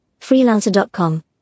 Freelancer.com